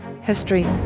history